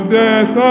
death